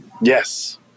Yes